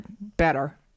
better